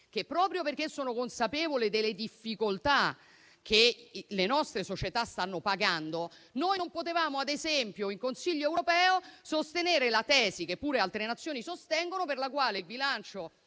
che, proprio perché sono consapevole delle difficoltà che le nostre società stanno pagando, noi non potevamo, ad esempio, in Consiglio europeo sostenere la tesi, che pure altre Nazioni sostengono, per la quale la